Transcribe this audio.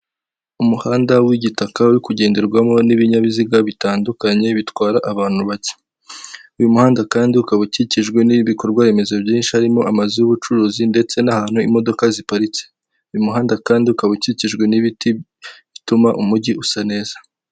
Umuhanda w'igitaka uri kugenderwamo n'ibinyabiziga bitandukanye bitwara abantu bake, uyu muhanda kandi ukaba ukikijwe n'ibikorwa remezo byinshi, harimo amazu y'ubucuruzi ndetse n'ahantu imodoka ziparitse, uyu muhanda kandi ukaba ukikijwe n'ibiti bituma umujyi usa neza.